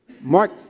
Mark